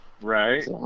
right